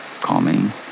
calming